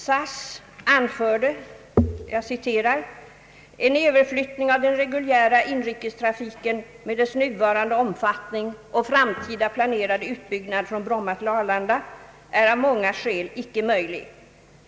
SAS anförde: »En överflyttning av den reguljära inrikestrafiken, med dess nuvarande omfattning och framtida planerade utbyggnad, från Bromma till Arlanda är av många skäl icke möjlig.